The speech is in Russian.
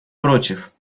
против